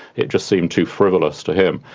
it just seemed too frivolous to him.